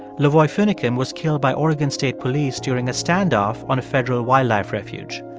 lavoy finicum was killed by oregon state police during a standoff on a federal wildlife refuge.